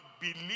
believe